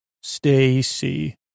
Stacy